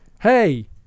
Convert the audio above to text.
hey